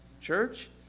Church